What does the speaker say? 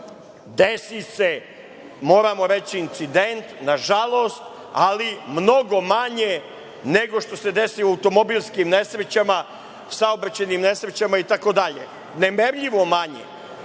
Desi se, moramo reći, incident, nažalost, ali mnogo manje nego što se desi u automobilskim nesrećama, saobraćajnim nesrećama i tako dalje. Nemerljivo manje,